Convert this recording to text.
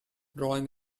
drawing